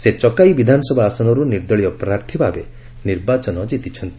ସେ ଚକାଇ ବିଧାନସଭା ଆସନରୁ ନିର୍ଦ୍ଦଳୀୟ ପ୍ରାର୍ଥୀ ଭାବେ ନିର୍ବାଚନ ଜିତିଚ୍ଛନ୍ତି